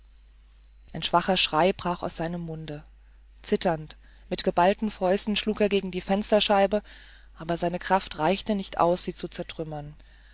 ein schwacher schrei brach aus seinem mund zitternd mit geballten fäusten schlug er gegen die fensterscheiben aber seine kraft reichte nicht aus sie zu zertrümmern